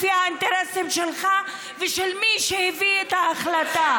לפי האינטרסים שלך ושל מי שהביא את ההחלטה.